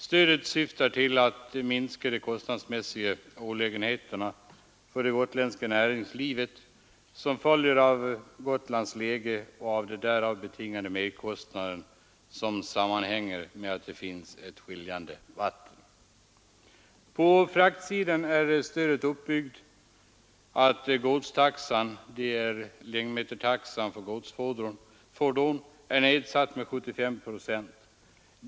Stödet syftar till att minska de kostnadsmässiga olägenheter för det gotländska näringslivet som följer av Gotlands läge, dvs. de merkostnader som sammanhänger med att det finns ett skiljande vatten. På fraktsidan är stödet så uppbyggt att godstaxan — längdmetertaxan för godsfordon — är nedsatt med 75 procent.